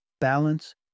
balance